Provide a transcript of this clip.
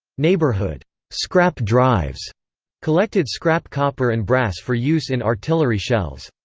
neighborhood scrap drives collected scrap copper and brass for use in artillery shells.